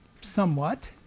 somewhat